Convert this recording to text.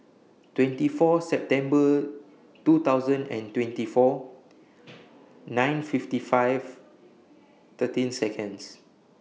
twenty four September two thousand and twenty four nine fifty five thirteen Seconds